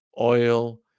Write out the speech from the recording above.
oil